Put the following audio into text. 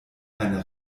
eine